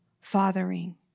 fathering